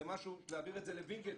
להעביר את זה לווינגייט,